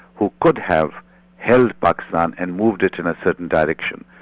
who could have held pakistan and moved it in a certain direction.